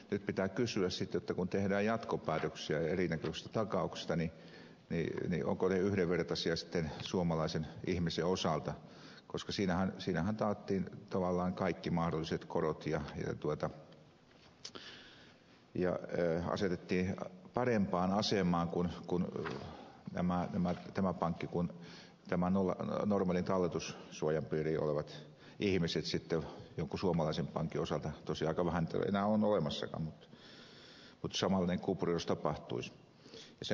nyt pitää kysyä kun tehdään jatkopäätöksiä erinäköisistä takauksista ovatko ne yhdenvertaisia sitten suomalaisten ihmisten osalta koska siinähän taattiin tavallaan kaikki mahdolliset korot ja asetettiin parempaan asemaan tämä pankki kuin normaalin talletussuojan piirissä olevat ihmiset jonkin suomalaisen pankin osalta tosin aika vähän niitä enää on olemassakaan samanlainen kupru jos tapahtuisi